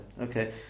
Okay